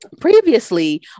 previously